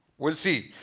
we'll see.